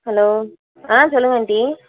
hello ஆ சொல்லுங்கள் aunty